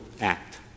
act